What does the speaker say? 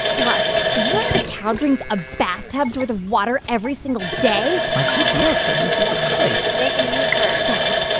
guy raz, did you know that a cow drink a bathtub's worth of water every single day? my gps said this is the place make a u-turn guy raz,